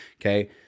Okay